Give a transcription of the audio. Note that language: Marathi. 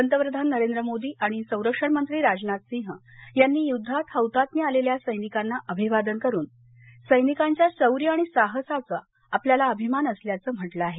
पंतप्रधान नरेंद्र मोदी आणि संरक्षण मंत्री राजनाथ सिंह यांनी युद्धात हौतात्म्य आलेल्या सैनिकांना अभिवादन करून सैनिकांच्या शौर्य आणि साहसाचा आपल्याला अभिमान असल्याचं म्हटलं आहे